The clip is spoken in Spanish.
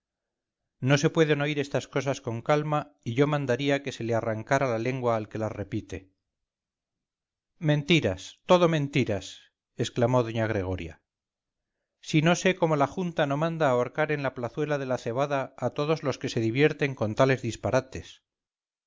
no se pueden oír estas cosas con calma y yo mandaría que se le arrancara la lengua al que las repite mentiras todo mentiras exclamó doña gregoria si no sé cómo la junta no manda ahorcar en la plazuela de la cebada a todos los que se divierten con tales disparates